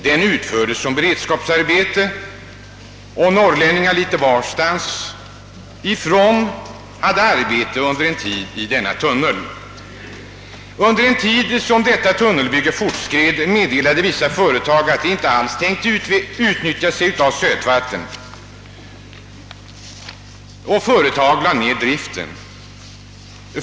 Den utfördes som beredskapsarbete av norrlänningar litet varstans ifrån som hade arbete en tid med detta tunnelbygge. Under den tid som tunnelbygget fortskred meddelade vissa företag emellertid att de inte alls tänkte utnyttja detta sötvatten. Företaget lade ner driften.